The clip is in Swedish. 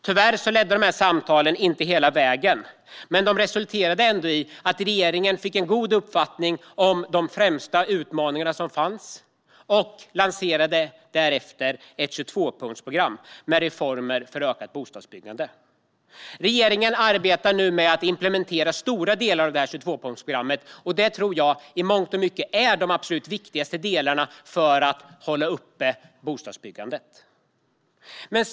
Tyvärr ledde de inte hela vägen fram, men de resulterade ändå i att regeringen fick en god uppfattning om de främsta utmaningarna och lanserade ett 22-punktsprogram med reformer för ökat bostadsbyggande. Regeringen arbetar nu med att implementera stora delar av det här 22-punktsprogrammet, och det tror jag i mångt och mycket är det absolut viktigaste för att hålla bostadsbyggandet uppe.